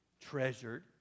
treasured